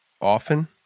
often